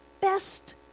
best